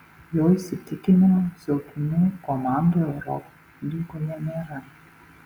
jo įsitikinimu silpnų komandų eurolygoje nėra